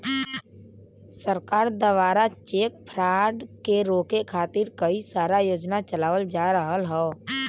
सरकार दवारा cheque fraud के रोके खातिर कई सारा योजना चलावल जा रहल हौ